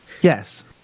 Yes